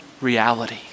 reality